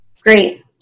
Great